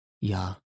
Ja